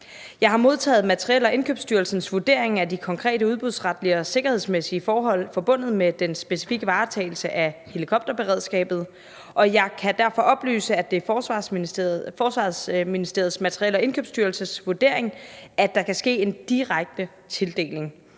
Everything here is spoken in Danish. Jeg har modtaget Materiel- og Indkøbsstyrelsens vurdering af de konkrete udbudsretlige og sikkerhedsmæssige forhold forbundet med den specifikke varetagelse af helikopterberedskabet, og jeg kan derfor oplyse, at det er Forsvarsministeriets Materiel- og Indkøbsstyrelses vurdering, at der kan ske en direkte tildeling.